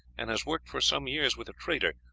and has worked for some years with a trader,